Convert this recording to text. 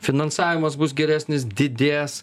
finansavimas bus geresnis didės